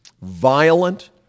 violent